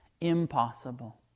impossible